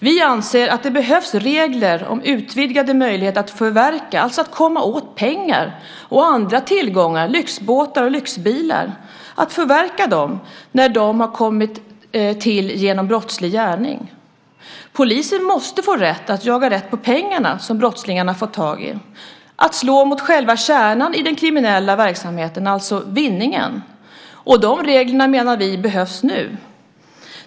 Vi anser att det behövs regler om utvidgade möjligheter att förverka, alltså att komma åt, pengar och andra tillgångar - lyxbåtar och lyxbilar - när de har kommit till genom brottslig gärning. Polisen måste få rätt att jaga rätt på pengarna som brottslingarna har fått tag i. Det gäller att slå mot själva kärnan i den kriminella verksamheten, alltså vinningen. Vi menar att de reglerna behövs nu.